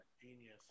Genius